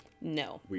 No